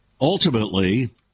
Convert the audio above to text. Ultimately